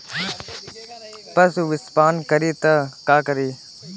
पशु विषपान करी त का करी?